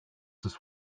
this